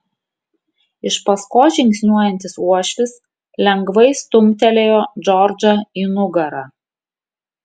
iš paskos žingsniuojantis uošvis lengvai stumtelėjo džordžą į nugarą